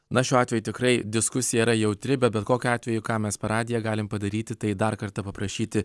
na šiuo atveju tikrai diskusija yra jautri bet bet kokiu atveju ką mes per radiją galime padaryti tai dar kartą paprašyti